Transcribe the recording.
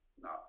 No